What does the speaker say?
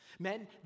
Men